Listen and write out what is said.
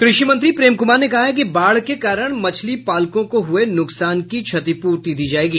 कृषि मंत्री प्रेम कुमार ने कहा है कि बाढ़ के कारण मछली पालकों को हुए नुकसान की क्षतिप्रर्ति दी जायेगी